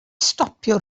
stopio